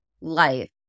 life